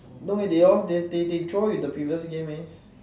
no eh they all they they they draw in the previous game eh